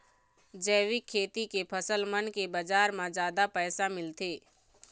जैविक खेती के फसल मन के बाजार म जादा पैसा मिलथे